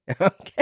okay